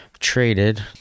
traded